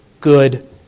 good